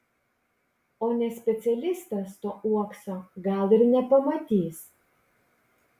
o ne specialistas to uokso gal ir nepamatys